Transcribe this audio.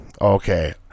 Okay